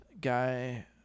guy